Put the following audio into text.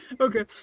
Okay